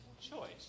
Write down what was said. choice